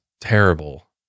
terrible